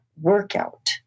workout